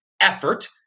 effort